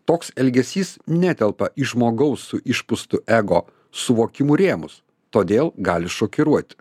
toks elgesys netelpa į žmogaus su išpustu ego suvokimų rėmus todėl gali šokiruoti